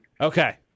Okay